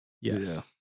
Yes